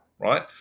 right